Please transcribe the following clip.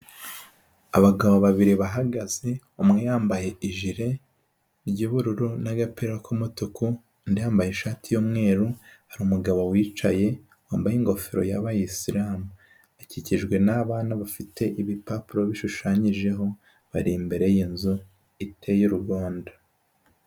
Abagabo babiri bahagaze, umwe yambaye ijire ry'ubururu n'agapira k'umutuku, undi yambaye ishati y'umweru, hari umugabo wicaye wambaye ingofero y'abayisilamu, akikijwe n'abana bafite ibipapuro bishushanyijeho bari imbere y'inzu iteye urwondo.